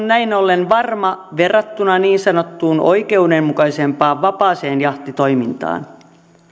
näin ollen varma verrattuna niin sanottuun oikeudenmukaisempaan vapaaseen jahtitoimintaan